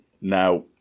Now